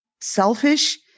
selfish